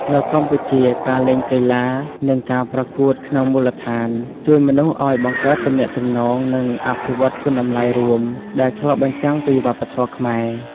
នៅកម្ពុជា ការលេងកីឡា និងការប្រកួតក្នុងមូលដ្ឋានជួយមនុស្សឲ្យបង្កើតទំនាក់ទំនងថ្មី និងអភិវឌ្ឍគុណតម្លៃរួម ដែលឆ្លុះបញ្ចាំងពីវប្បធម៌ខ្មែរ។